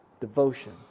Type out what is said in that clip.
devotion